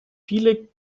viele